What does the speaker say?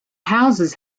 houses